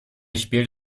spielt